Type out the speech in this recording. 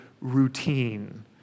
routine